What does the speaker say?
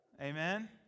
amen